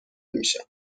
میشم